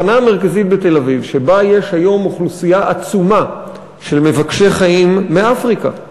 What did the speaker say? שבה יש היום אוכלוסייה עצומה של מבקשי חיים מאפריקה.